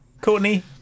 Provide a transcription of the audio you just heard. courtney